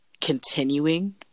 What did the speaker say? continuing